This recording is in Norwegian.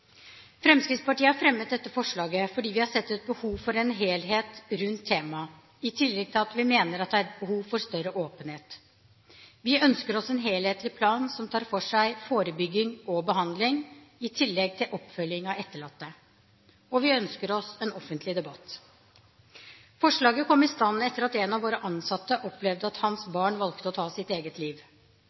Fremskrittspartiet har fremmet dette forslaget fordi vi har sett et behov for en helhet rundt temaet, i tillegg til at vi mener det er et behov for større åpenhet. Vi ønsker oss en helhetlig plan som tar for seg forebygging og behandling, i tillegg til oppfølging av etterlatte, og vi ønsker oss en offentlig debatt. Forslaget kom i stand etter at en av våre ansatte opplevde at hans barn valgte å ta sitt eget liv